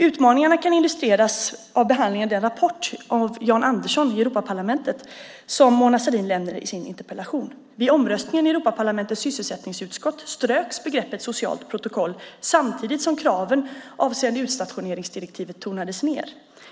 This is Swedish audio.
Utmaningarna kan illustreras av behandlingen av den rapport av Jan Andersson i Europaparlamentet som Mona Sahlin nämner i sin interpellation. Vid omröstningen i Europaparlamentets sysselsättningsutskott ströks begreppet socialt protokoll, samtidigt som kraven avseende utstationeringsdirektivet tonades ned.